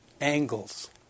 angles